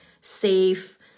safe